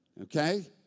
okay